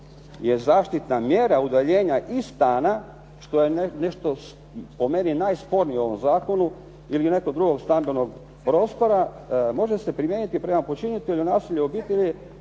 je zaštitna mjera udaljenja iz stana, što je nešto po meni najspornije u ovom zakonu, ili nekog drugog stambenog prostora može se primijeniti prema počinitelju nasilja u obitelji